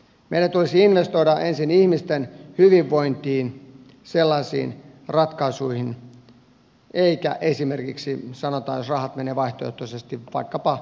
meidän tulisi investoida ensin ihmisten hyvinvointiin sellaisiin ratkaisuihin eikä esimerkiksi sanotaan niin että rahat menevät vaihtoehtoisesti vaikkapa metron rakentamiseen